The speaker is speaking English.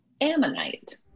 Ammonite